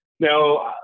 Now